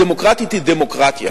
הדמוקרטיה היא דמוקרטיה.